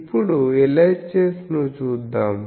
ఇప్పుడు LHS ను చూద్దాం